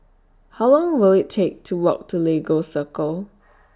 How Long Will IT Take to Walk to Lagos Circle